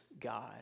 God